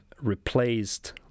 replaced